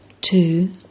Two